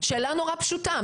שאלה נורא פשוטה.